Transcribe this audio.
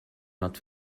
not